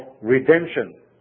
redemption